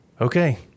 Okay